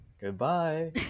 Goodbye